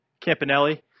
Campanelli